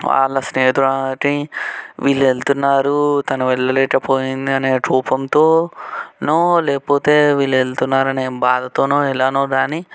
వాళ్ళ స్నేహితురాలుకి వీళ్ళు వెళుతున్నారు తను వెళ్ళలేక పోయింది అనే కోపంతో నో లేకపోతే వీళ్ళు వెళుతున్నారనే బాధతోనో ఎలాగో కానీ